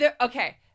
okay